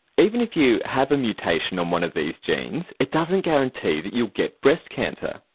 even if you have a mutation on one of these genes it doesn't guarantee that you'll get breast cancer.